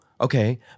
okay